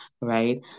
right